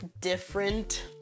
different